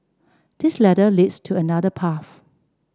this ladder leads to another path